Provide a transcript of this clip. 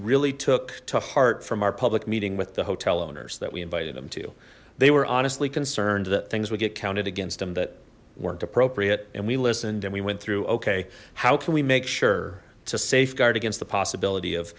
really took to heart from our public meeting with the hotel owners that we invited them to they were honestly concerned that things would get counted against him that weren't appropriate and we listened and we went through okay how can we make sure it's a safeguard against the possibility of